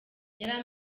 yari